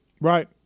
Right